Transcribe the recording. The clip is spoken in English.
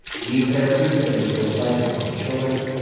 gene therapies that can restore sight to blind children,